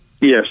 Yes